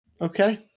Okay